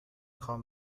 خوام